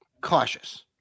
cautious